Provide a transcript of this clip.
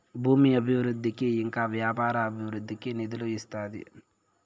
భూమి అభివృద్ధికి ఇంకా వ్యాపార అభివృద్ధికి నిధులు ఇస్తాది